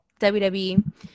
WWE